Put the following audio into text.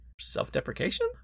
self-deprecation